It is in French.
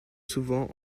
souvent